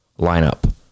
lineup